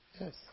Yes